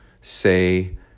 say